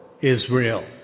Israel